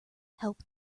help